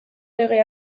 lege